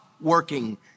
working